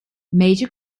major